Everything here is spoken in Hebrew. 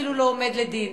אפילו לא עומד לדין.